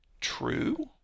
true